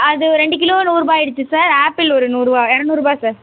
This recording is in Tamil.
அது ரெண்டு கிலோ நூறுரூபா ஆகிடுச்சி சார் ஆப்பிள் ஒரு நூறுரூபா இரநூறுபா சார்